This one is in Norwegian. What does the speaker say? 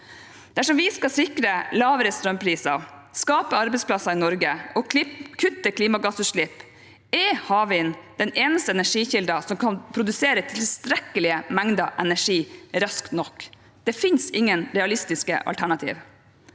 Dersom vi skal sikre lavere strømpriser, skape arbeidsplasser i Norge og kutte klimagassutslipp, er havvind den eneste energikilden som kan produsere tilstrekkelige mengder energi raskt nok. Det finnes ingen realistiske alternativ.